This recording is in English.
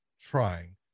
trying